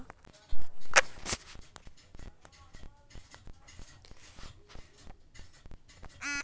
तब जा के पता चली कि तोहरे घर कोई गिर्वी कर के गयल हौ